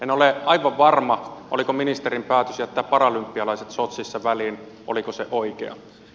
en ole aivan varma oliko ministerin päätös jättää paralympialaiset sotsissa väliin oikea